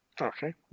Okay